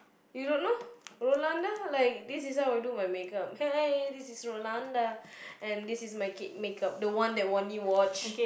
you don't know Rolanda like this is how I do my makeup hey this is Rolanda and this is my cake makeup the one that Wani watch